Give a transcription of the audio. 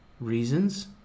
reasons